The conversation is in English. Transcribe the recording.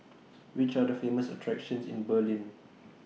Which Are The Famous attractions in Berlin